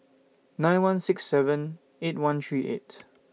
nine one six seven eight one three eight